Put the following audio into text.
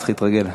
צריך להתרגל.